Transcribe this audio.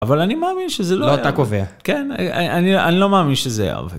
אבל אני מאמין שזה לא יהיה... לא אתה קובע. כן, אני לא אני לא מאמין שזה היה עובד.